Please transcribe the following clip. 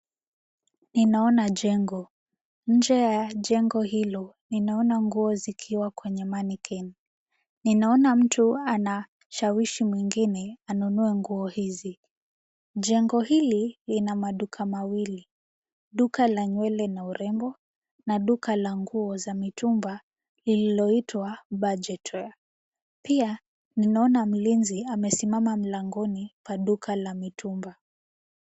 Ninaona jengo. Nje ya jengo hilo, ninaona nguo zikiwa kwenye mannequin . Ninaona mtu anashawishi mwingine, anunue nguo hizi. Jengo hili, lina maduka mawili. Duka la nywele na urembo, na duka la nguo za mitumba lililoitwa Budget Wear . Pia, nimeona mlinzi amesimama mlangoni pa duka la mitumba.